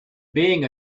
being